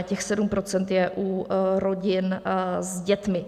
Těch 7 % je u rodin s dětmi.